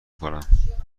کنم